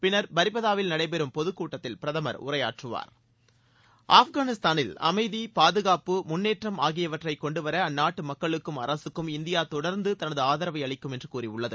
பின்னர் பரிபாதாவில் நடைபெறும் பொதுக்கூட்டத்தில் பிரதமர் உரையாற்றுவார் ஆப்கானிஸ்தானில் அமைதி பாதுகாப்பு முன்னேற்றம் ஆகியவற்றை கொண்டு வர அழ்நாட்டு மக்களுக்கும் அரகக்கும் இந்தியா தொடர்ந்து தனது ஆதரவை அளிக்கும் என்று கூறியுள்ளது